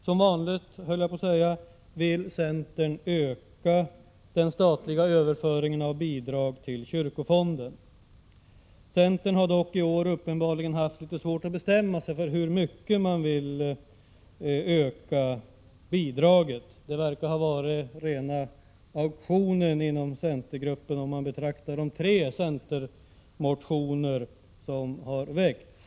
Som vanligt, höll jag på att säga, vill centern öka den statliga överföringen av bidrag till kyrkofonden. Centern har dock i år uppenbarligen haft litet svårt att bestämma sig för hur mycket man vill öka bidraget. Det verkar ha varit rena auktionen inom centergruppen att döma av de tre centermotioner som har väckts.